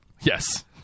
Yes